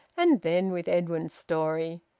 and then with edwin's story.